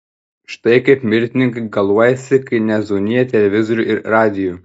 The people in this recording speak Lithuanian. štai kaip mirtininkai galuojasi kai nezaunija televizorių ir radijų